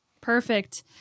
Perfect